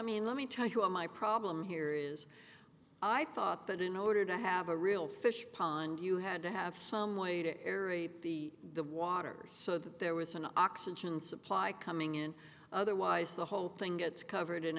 mean let me tell you what my problem here is i thought that in order to have a real fish pond you had to have some way to airy the the water so that there was an oxygen supply coming in otherwise the whole thing gets covered in